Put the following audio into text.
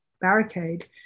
barricade